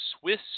Swiss